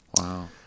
wow